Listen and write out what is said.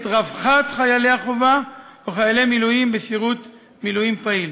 רווחת חיילי החובה או חיילי מילואים בשירות מילואים פעיל.